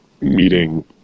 meeting